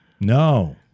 No